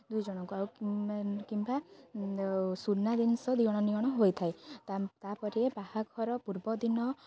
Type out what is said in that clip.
ଦୁଇ ଜଣଙ୍କୁ ଆଉ କିମ୍ବା ସୁନା ଜିନିଷ ଦିଅଣ ନିଅଣ ହୋଇଥାଏ ତା'ପରେ ବାହାଘର ପୂର୍ବ ଦିନ